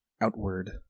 outward